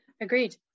Agreed